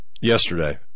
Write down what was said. yesterday